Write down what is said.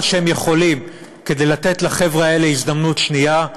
שהם יכולים כדי לתת לחבר'ה האלה הזדמנות שנייה,